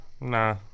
Nah